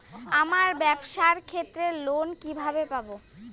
আমার ব্যবসার ক্ষেত্রে লোন কিভাবে পাব?